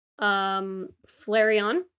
Flareon